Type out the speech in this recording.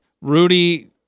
Rudy